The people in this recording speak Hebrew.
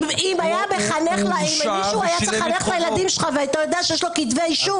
אם מישהו היה צריך לחנך את הילדים שלך והיית יודע שיש לו כתבי אישום,